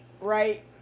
right